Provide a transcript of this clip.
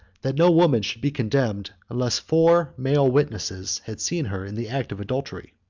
that no woman should be condemned unless four male witnesses had seen her in the act of adultery.